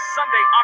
Sunday